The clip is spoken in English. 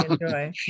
enjoy